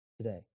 today